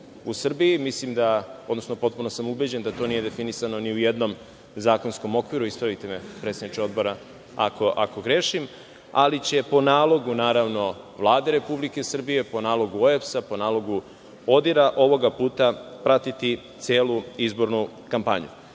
u Srbiji i mislim da, odnosno, potpuno sam ubeđen da to nije definisano ni u jednom zakonskom okviru, ispravite me, predsedniče Odbora, ako grešim, ali će po nalogu, naravno, Vlade Republike Srbije, po nalogu OEBS-a, po nalogu ODIR-a ovoga puta pratiti celu izbornu